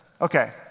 Okay